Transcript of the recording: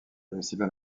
festival